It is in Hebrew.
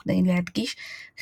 וכדי להדגיש חלקי שיא או קטעי מעבר.